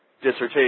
dissertation